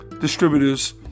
distributors